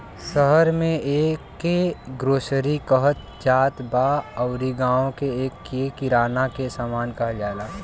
शहर में एके ग्रोसरी कहत जात बा अउरी गांव में एके किराना के सामान कहल जाला